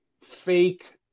fake